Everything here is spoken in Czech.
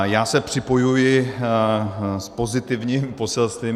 Já se připojuji s pozitivním poselstvím.